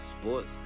Sports